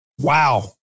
Wow